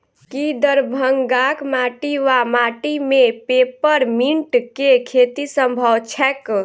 की दरभंगाक माटि वा माटि मे पेपर मिंट केँ खेती सम्भव छैक?